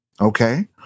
okay